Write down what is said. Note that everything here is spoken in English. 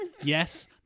yes